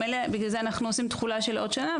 בגלל זה אנחנו עושים תחולה של עוד שנה,